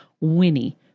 Winnie